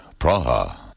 Praha